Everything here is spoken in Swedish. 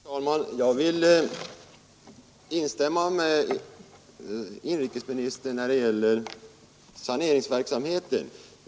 Herr talman! Jag vill instämma med inrikesministern när det gäller saneringsverksamheten.